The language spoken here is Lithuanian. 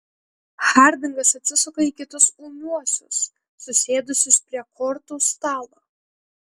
hardingas atsisuka į kitus ūmiuosius susėdusius prie kortų stalo